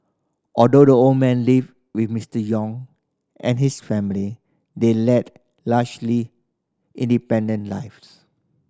although the older man lived with Mister Yong and his family they led largely independent lives